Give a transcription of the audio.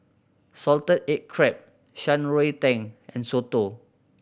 salted egg crab Shan Rui Tang and soto